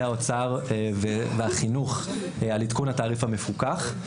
האוצר והחינוך על עדכון התעריף המפוקח.